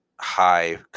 high